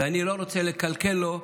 ואני לא רוצה לקלקל לו.